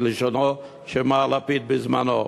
כלשונו של מר לפיד בזמנו.